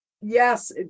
yes